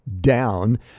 Down